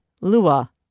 Lua